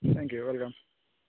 thank you welcome